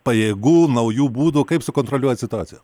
pajėgų naujų būdų kaip sukontroliuot situaciją